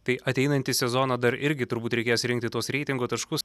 tai ateinantį sezoną dar irgi turbūt reikės rinkti tuos reitingų taškus